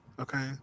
Okay